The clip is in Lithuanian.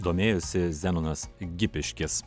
domėjosi zenonas gipiškis